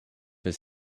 his